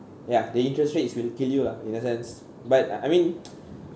ya the interest rates will kill you ah in a sense but I mean